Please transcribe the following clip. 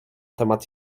temat